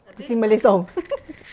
to sing malay song